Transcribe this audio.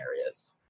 areas